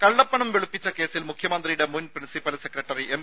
രുര കള്ളപ്പണം വെളുപ്പിച്ച കേസിൽ മുഖ്യമന്ത്രിയുടെ മുൻ പ്രിൻസിപ്പൽ സെക്രട്ടറി എം